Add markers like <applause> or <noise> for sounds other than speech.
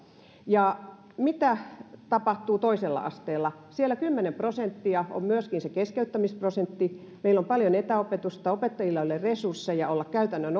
ja mitä tapahtuu toisella asteella siellä kymmenen prosenttia on myöskin se keskeyttämisprosentti meillä on paljon etäopetusta opettajilla ei ole resursseja olla käytännön <unintelligible>